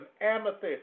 amethyst